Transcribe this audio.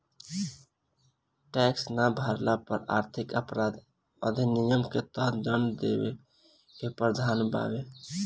tax ना भरला पर आर्थिक अपराध अधिनियम के तहत दंड देवे के प्रावधान बावे